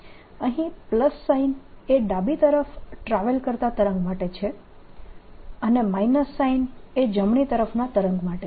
અહીં plus sign એ ડાબી તરફ ટ્રાવેલ કરતા તરંગ માટે છે અને માઇનસ સાઈન એ જમણી તરફના તરંગ માટે છે